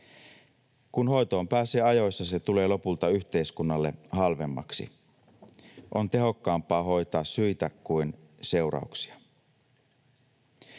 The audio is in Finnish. Kun hoitoon pääsee ajoissa, se tulee lopulta yhteiskunnalle halvemmaksi. On tehokkaampaa hoitaa syitä kuin seurauksia.